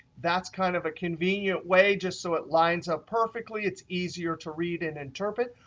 that's kind of a convenient way, just so it lines up perfectly, it's easier to read and interpret.